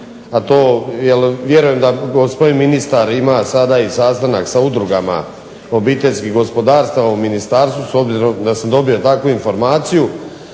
a to, jer vjerujem da gospodin ministar ima sada sastanak sa udrugama obiteljskih gospodarstava u Ministarstvu obzirom da sam dobio takvu informaciju,